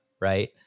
Right